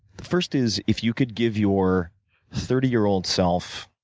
first is, if you could give your thirty year old self